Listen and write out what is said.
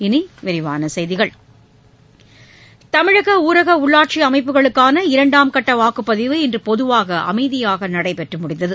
இனிவிரிவானசெய்திகள் தமிழகஊரகஉள்ளாட்சிஅமைப்புகளுக்கான இரண்டாம் கட்டவாக்குப்பதிவு இன்று பொதுவாக அமைதியாக நடை பெற்றுமுடிந்தது